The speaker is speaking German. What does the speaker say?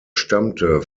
stammte